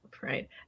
Right